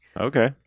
Okay